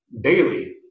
Bailey